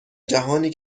جهانی